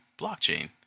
blockchain